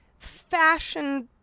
Fashion